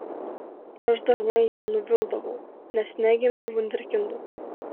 aš dažnai ją nuvildavau nes negimiau vunderkindu